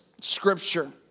scripture